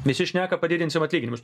visi šneka padidinsim atlyginimus